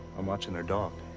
i'm watching their dog.